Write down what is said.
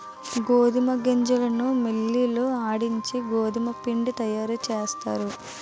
గోధుమ గింజలను మిల్లి లో ఆడించి గోధుమపిండి తయారుచేస్తారు